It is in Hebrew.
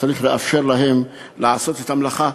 צריך לאפשר להם לעשות את המלאכה.